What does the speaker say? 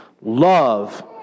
love